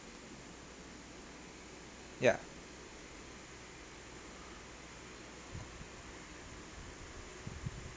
ya